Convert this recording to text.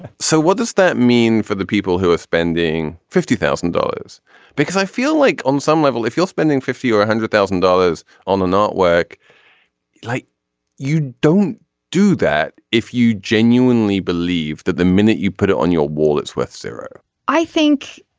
so what does that mean for the people who are spending fifty thousand because i feel like on some level if you're spending fifty or one hundred thousand dollars on an artwork like you don't do that if you genuinely believe that the minute you put it on your wall it's worth zero i think